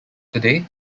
today